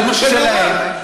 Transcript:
זה מה שאני אומר,